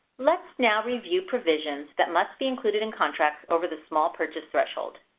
let's now review provisions that must be included in contracts over the small purchase threshold.